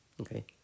Okay